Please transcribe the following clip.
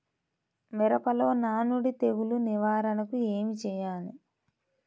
మిరపలో నానుడి తెగులు నివారణకు ఏమి చేయాలి?